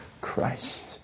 Christ